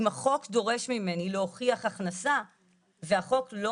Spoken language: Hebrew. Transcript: אם החוק דורש ממני להוכיח הכנסה והחוק לא